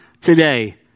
today